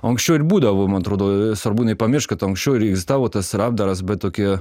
anksčiau ir būdavo man atrodo svarbu nepamiršt kad anksčiau ir egzistavo tas rabdaras bet tokie